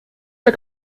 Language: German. der